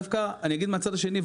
אני אגיד דווקא מהצד השני,